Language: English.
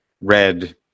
red